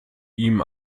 ihm